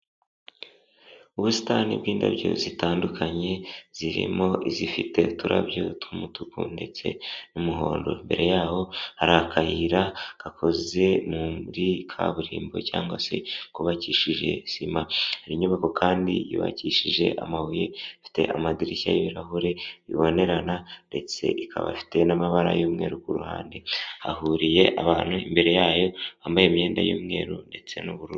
Ubusitani bw'indabyo zitandukanye zirimo izifite uturabyo tw'umutuku ndetse n'umuhondo, mbere yaho hari akayira gakoze muri kaburimbo cyangwa se kubakishije sima. Hari inyubako kandi yubakishije amabuye, ifite amadirishya y'ibirahure bibonerana, ndetse ikaba ifite n'amabara y'umweru ku ruhande. Hahuriye abantu imbere yayo bambaye imyenda y'umweru ndetse n'ubururu.